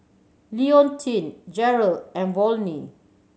Leontine Jerrell and Volney